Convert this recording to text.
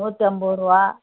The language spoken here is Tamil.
நூற்றி ஐம்பது ரூபா